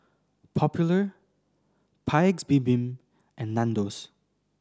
Popular Paik's Bibim and Nandos